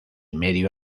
medio